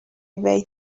way